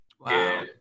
Wow